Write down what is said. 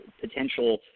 potential